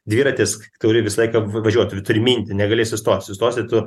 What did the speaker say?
dviratis turi visą laiką v važiuot ir turi minti negali sustot sustosi tu